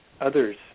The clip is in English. others